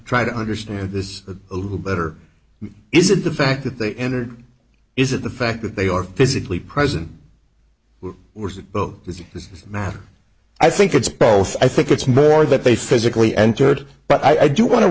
try to understand this a little better is it the fact that they entered is it the fact that they are physically present were the boat is it does matter i think it's both i think it's more that they physically entered but i do want to